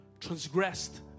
transgressed